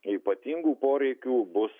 ypatingų poreikių bus